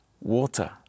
water